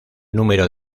número